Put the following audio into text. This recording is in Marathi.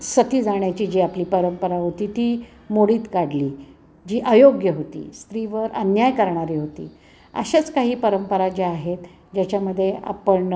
सती जाण्याची जी आपली परंपरा होती ती मोडीत काढली जी अयोग्य होती स्त्रीवर अन्याय करणारी होती अशाच काही परंपरा ज्या आहेत ज्याच्यामध्ये आपण